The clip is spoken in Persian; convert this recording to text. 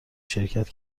شرکت